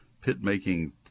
pit-making